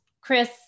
Chris